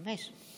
חמש.